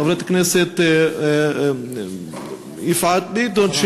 חברת הכנסת יפעת ביטון,